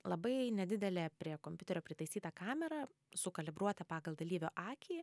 labai nedidelė prie kompiuterio pritaisyta kamera sukalibruota pagal dalyvio akį